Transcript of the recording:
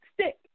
stick